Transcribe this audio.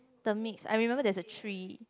the mix I remember there's a tree